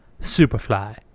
Superfly